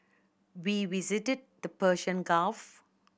we visited the Persian Gulf